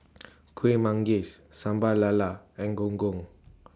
Kueh Manggis Sambal Lala and Gong Gong